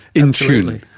in tune.